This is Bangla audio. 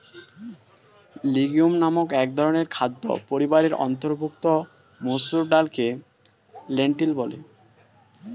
লিগিউম নামক একধরনের খাদ্য পরিবারের অন্তর্ভুক্ত মসুর ডালকে লেন্টিল বলে